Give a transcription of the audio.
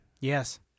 Yes